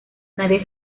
nadie